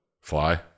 Fly